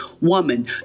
woman